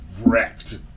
wrecked